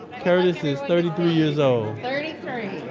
curtis is thirty three years old thirty three.